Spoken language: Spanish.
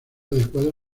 adecuados